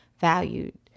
valued